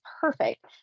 perfect